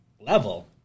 level